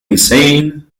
insane